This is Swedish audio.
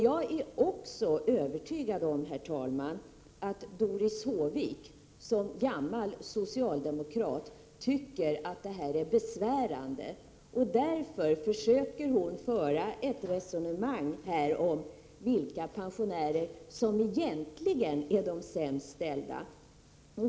Jag är också övertygad om, herr talman, att Doris Håvik som gammal socialdemokrat tycker att det här är besvärande. Därför försöker hon föra ett resonemang om vilka pensionärer som egentligen är de sämst ställda.